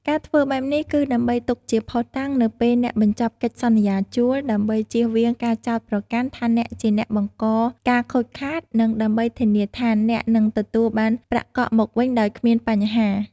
ការធ្វើបែបនេះគឺដើម្បីទុកជាភស្តុតាង នៅពេលអ្នកបញ្ចប់កិច្ចសន្យាជួល ដើម្បីជៀសវាងការចោទប្រកាន់ថាអ្នកជាអ្នកបង្កការខូចខាត និងដើម្បីធានាថាអ្នកនឹងទទួលបានប្រាក់កក់មកវិញដោយគ្មានបញ្ហា។